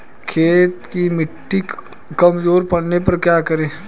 खेत की मिटी कमजोर पड़ने पर क्या करें?